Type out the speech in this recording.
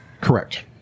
correct